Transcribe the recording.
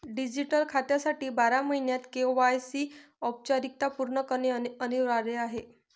digital खात्यासाठी बारा महिन्यांत के.वाय.सी औपचारिकता पूर्ण करणे अनिवार्य आहे